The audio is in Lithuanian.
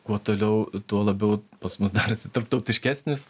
kuo toliau tuo labiau pas mus darosi tarptautiškesnis